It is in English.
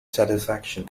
satisfaction